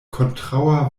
kontraŭa